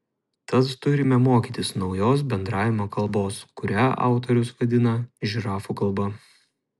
tad turime mokytis naujos bendravimo kalbos kurią autorius vadina žirafų kalba